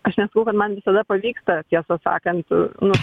aš nesakau kad man visada pavyksta tiesą sakant nu